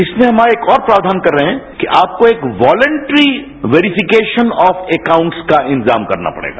इसमें आज हम एक और प्रावधान कर रहे हैं कि आपको एक वॉलेंट्री वेरीफिकेशन ऑफ अकाउंट्स का इंतजाम करना पड़ेगा